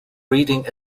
reading